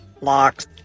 Locks